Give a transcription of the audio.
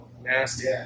Nasty